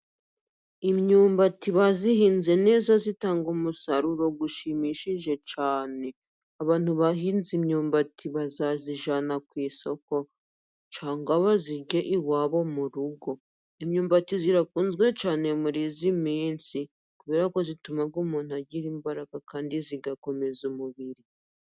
Imyumbati bayihinze neza itanga umusaruro ushimishije cyane, nabantu bahinze imyumbati bazayijyana ku isoko cyangwa bayirye iwabo mu rugo. Imyumbati irakunzwe cyane muri iyi minsi kubera ko ituma umuntu agira imbaraga kandi igakomeza umubiri.